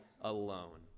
alone